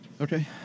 Okay